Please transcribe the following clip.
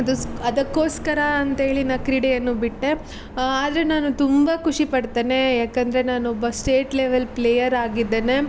ಅದು ಅದಕ್ಕೋಸ್ಕರ ಅಂತ ಹೇಳಿ ನಾ ಕ್ರೀಡೆಯನ್ನು ಬಿಟ್ಟೆ ಆದರೆ ನಾನು ತುಂಬ ಖುಷಿಪಡ್ತೇನೆ ಯಾಕಂದರೆ ನಾನೊಬ್ಬ ಸ್ಟೇಟ್ ಲೆವೆಲ್ ಪ್ಲೇಯರ್ ಆಗಿದ್ದೇನೆ